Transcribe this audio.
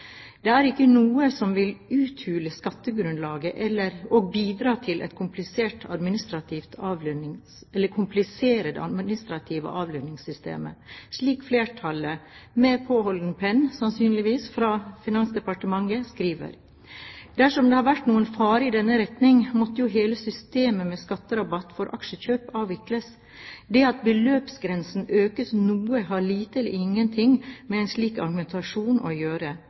Det er ikke noe som vil uthule skattegrunnlaget og bidra til å komplisere det administrative avlønningssystemet, slik flertallet – med påholden penn, sannsynligvis, av Finansdepartementet – skriver. Dersom det hadde vært noen fare i denne retning, måtte jo hele systemet med skatterabatt for aksjekjøp avvikles. Det at beløpsgrensen økes noe, har lite eller ingenting med en slik argumentasjon å gjøre,